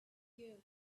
here